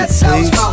please